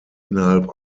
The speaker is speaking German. innerhalb